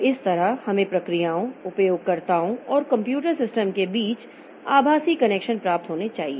तो इस तरह हमें प्रक्रियाओं उपयोगकर्ताओं और कंप्यूटर सिस्टम के बीच आभासी कनेक्शन प्राप्त होने चाहिए